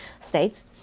states